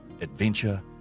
adventure